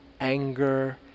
anger